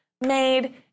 made